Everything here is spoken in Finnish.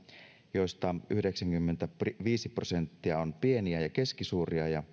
joista yhdeksänkymmentäviisi prosenttia on pieniä ja keskisuuria ja